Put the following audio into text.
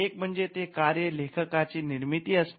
एक म्हणजे ते कार्य लेखकाची निर्मिती असते